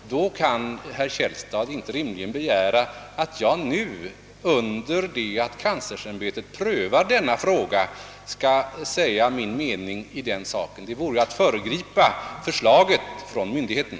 Då kan herr Källstad inte rimligen begära att jag nu, under det att kanslersämbetet prövar denna fråga, skall säga min mening i saken. Det vore att föregripa förslaget från myndigheten.